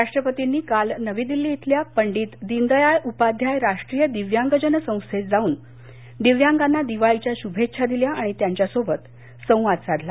राष्ट्रपतींनी काल नवी दिल्ली इथल्या पंडित दीनदयाल उपाध्याय राष्ट्रीय दिव्यांग जन संस्थेत जाऊन दिव्यांगांना दिवाळीच्या शूभेच्छा दिल्या आणि त्यांच्यासोबत संवाद साधला